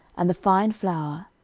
and the fine flour,